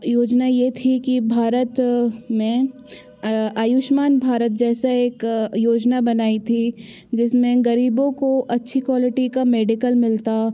योजना ये थी कि भारत में आयुष्मान भारत जैसा एक योजना बनाई थी जिसमें गरीबो को अच्छी क्वालिटी का मेडिकल मिलता